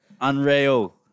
unreal